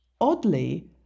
oddly